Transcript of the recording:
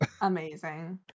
Amazing